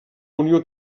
unió